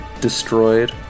destroyed